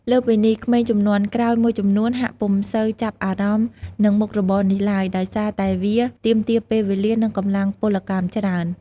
លើសពីនេះ ក្មេងជំនាន់ក្រោយមួយចំនួនហាក់ពុំសូវចាប់អារម្មណ៍នឹងមុខរបរនេះឡើយ ដោយសារតែវាទាមទារពេលវេលា និងកម្លាំងពលកម្មច្រើន។